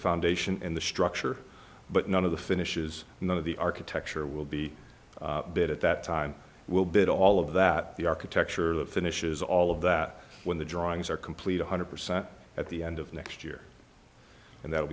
foundation and the structure but none of the finishes none of the architecture will be bid at that time will bid all of that the architecture that finishes all of that when the drawings are complete one hundred percent at the end of next year and that